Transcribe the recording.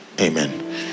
Amen